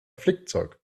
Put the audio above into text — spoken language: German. flickzeug